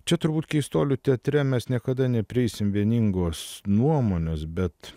čia turbūt keistuolių teatre mes niekada neprieisim vieningos nuomonės bet